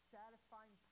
satisfying